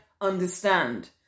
understand